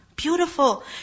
beautiful